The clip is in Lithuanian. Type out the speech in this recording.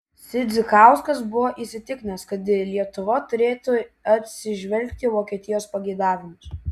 sidzikauskas buvo įsitikinęs kad lietuva turėtų atsižvelgti į vokietijos pageidavimus